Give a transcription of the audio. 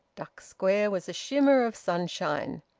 duck square was a shimmer of sunshine.